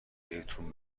بهتون